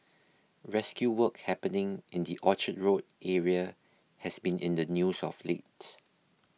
rescue work happening in the Orchard Road area has been in the news of late